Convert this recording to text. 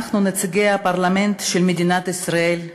אנחנו, נציגי הפרלמנט של מדינת ישראל,